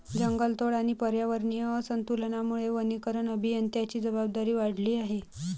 जंगलतोड आणि पर्यावरणीय असंतुलनामुळे वनीकरण अभियंत्यांची जबाबदारी वाढली आहे